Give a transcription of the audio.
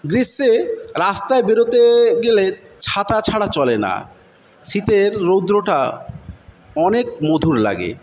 গ্রীষ্মে রাস্তায় বেরোতে গেলে ছাতা ছাড়া চলে না শীতের রৌদ্রটা অনেক মধুর লাগে